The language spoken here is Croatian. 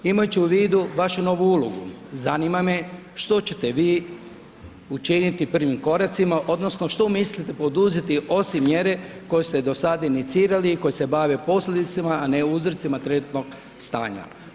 Imajući u vidu vašu novu ulogu zanima me što ćete vi učiniti prvim koracima odnosno što mislite poduzeti osim mjere koje ste do sada inicirali koje se bave posljedic1ma, a ne uzrocima trenutnog stanja.